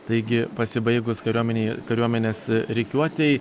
taigi pasibaigus kariuomenei kariuomenės rikiuotei